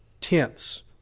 tenths